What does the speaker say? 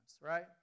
right